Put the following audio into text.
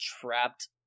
trapped